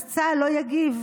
אז צה"ל לא יגיב.